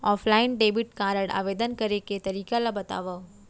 Offline debit card आवेदन करे के तरीका ल बतावव?